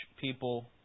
people